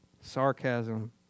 sarcasm